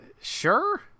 Sure